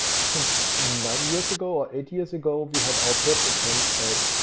i think nine years ago or eight years ago, we had our first attempt at,